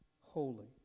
holy